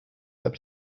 their